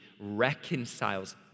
reconciles